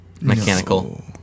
mechanical